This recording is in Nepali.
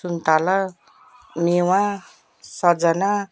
सुन्तला मेवा सजना